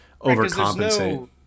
overcompensate